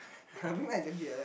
Big Mac is damn cheap like that